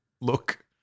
look